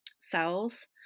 cells